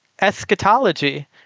eschatology